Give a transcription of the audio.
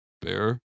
bear